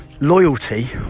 Loyalty